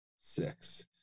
six